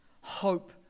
hope